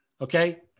Okay